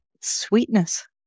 sweetness